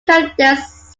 candidates